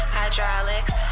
hydraulics